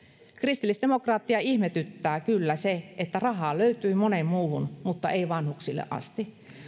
kristillisdemokraatteja ihmetyttää kyllä se että rahaa löytyi moneen muuhun mutta ei vanhuksille asti